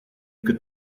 could